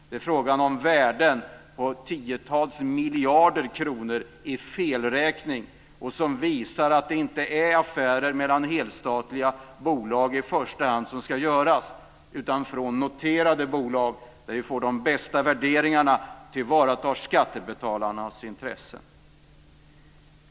Det rör sig om värden på tiotals miljarder kronor i felräknade pengar. Det visar att man inte ska göra affärer mellan helstatliga bolag, utan man ska göra affärer med noterade bolag. Då får man de bästa värderingarna samtidigt som man tillvaratar skattebetalarnas intressen.